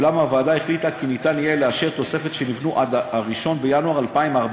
ואולם הוועדה החליטה כי ניתן יהיה לאשר תוספות שנבנו עד 1 בינואר 2014,